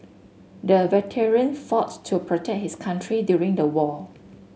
the veteran fought to protect his country during the war